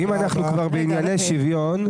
אם אנחנו כבר בענייני שוויון,